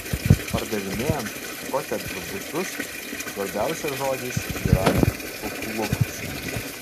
pardavinėjant kotedžų butus svarbiausias žodis yra kuklumas